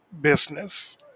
business